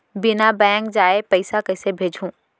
बिना बैंक जाये पइसा कइसे भेजहूँ?